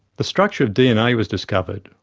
the structure of dna was discovered,